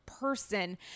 person